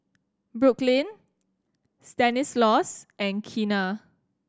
Brooklyn Stanislaus and Keena